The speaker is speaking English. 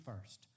first